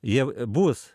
jie bus